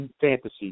fantasy